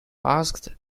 asked